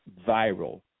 viral